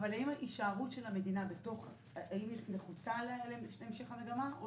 אבל האם ההישארות של המדינה נחוצה להמשך המגמה או